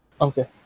Okay